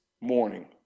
morning